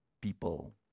people